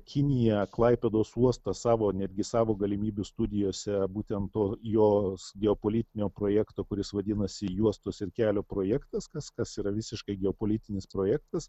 kinija klaipėdos uostas savo netgi savo galimybių studijose būtent to jos geopolitinio projekto kuris vadinasi juostos ir kelio projektas kas kas yra visiškai geopolitinis projektas